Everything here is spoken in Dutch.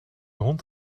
hond